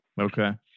Okay